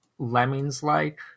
lemmings-like